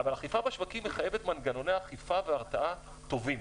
אבל היא מחייבת מנגנוני אכיפה והרתעה טובים.